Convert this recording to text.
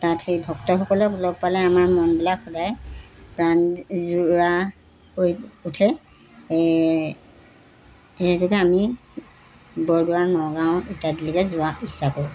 তাত সেই ভক্তসকলক লগ পালে আমাৰ মনবিলাক সদায় প্ৰাণজোৰা হৈ উঠে সেইটোকে আমি বৰদোৱা নগাঁও ইত্যাদিলৈকে যোৱা ইচ্ছা কৰোঁ